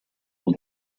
will